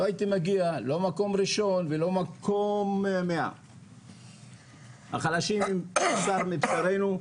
לא הייתי מגיע לא למקום ראשון ולא למקום 100. החלשים הם בשר מבשרינו.